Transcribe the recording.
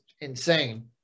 insane